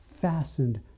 fastened